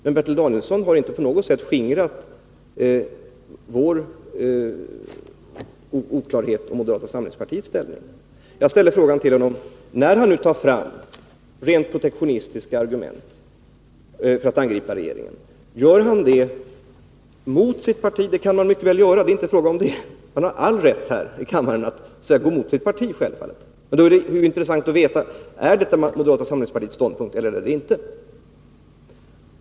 Men Bertil Danielsson har inte på något sätt skingrat oklarheten om moderata samlingspartiets inställning. Jag ställde frågan till honom, när han nu tar fram rent protektionistiska argument för att angripa regeringen, om han gör det mot sitt parti. Det kan han mycket väl göra, det är inte fråga om det, han har självfallet all rätt att här i kammaren gå emot sitt parti. Men då är det intressant att veta om det är moderata samlingspartiets ståndpunkt eller inte.